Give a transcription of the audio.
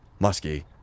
Muskie